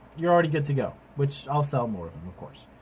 you're already good to go, which i'll sell more of em of course.